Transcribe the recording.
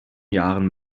jahren